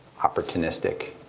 opportunistic,